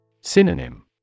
Synonym